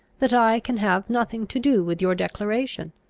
that i can have nothing to do with your declaration.